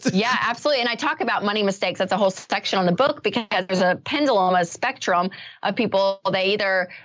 yeah, absolutely. and i talk about money, mistakes. that's a whole section on the book because there's a pendulum, a spectrum of people. they either.